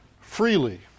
freely